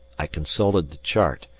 i consulted the chart,